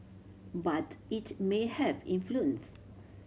but it may have influence